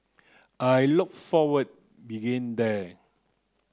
I look forward there